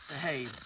Hey